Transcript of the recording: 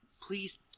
Please